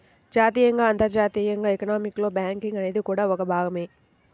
జాతీయంగా, అంతర్జాతీయంగా ఎకానమీలో బ్యాంకింగ్ అనేది కూడా ఒక భాగమే